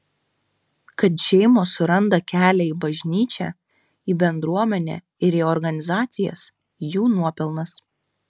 kad šeimos suranda kelią į bažnyčią į bendruomenę ir į organizacijas jų nuopelnas